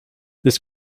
this